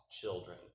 children